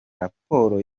raporo